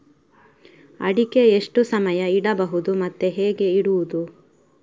ಅಡಿಕೆ ಎಷ್ಟು ಸಮಯ ಇಡಬಹುದು ಮತ್ತೆ ಹೇಗೆ ಇಡುವುದು?